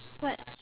what